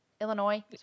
Illinois